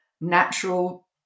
natural